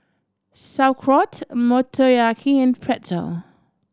Sauerkraut Motoyaki and Pretzel